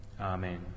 Amen